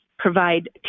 provide